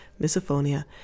misophonia